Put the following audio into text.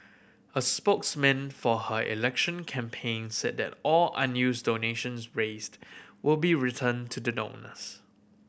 a spokesman for her election campaign said that all unused donations raised will be return to the donors